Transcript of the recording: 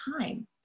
time